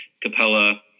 Capella